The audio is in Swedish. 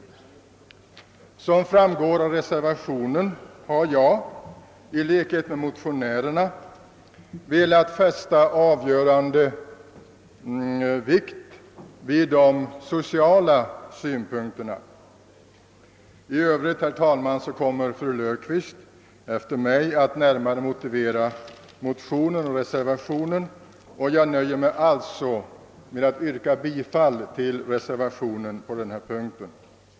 Såsom framgår av reservationen har jag i likhet med motionärerna velat fästa avgörande vikt vid de sociala synpunkterna. I övrigt, herr talman, kommer fru Löfqvist att efter mig närmare motivera motionen och reservationen, varför jag nöjer mig med att här yrka bifall till reservationen I.